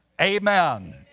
amen